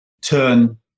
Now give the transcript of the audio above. turn